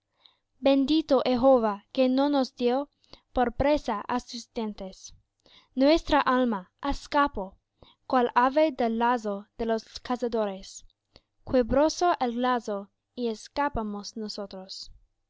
bendito jehová que no nos dió por presa á sus dientes nuestra alma escapó cual ave del lazo de los cazadores quebróse el lazo y escapamos nosotros